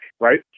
right